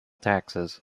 taxes